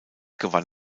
gewann